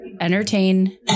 entertain